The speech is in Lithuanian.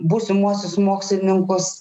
būsimuosius mokslininkus